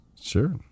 Sure